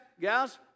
gals